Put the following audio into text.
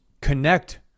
Connect